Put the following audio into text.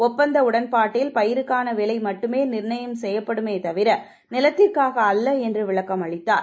ஒப்பந்த உடன்பாட்டில் பயிருக்கான விலை மட்டுமே நிர்ணயம் செய்யப்டுமே தவிர நிலத்திற்காக அல்ல என்று விளக்கமளித்தார்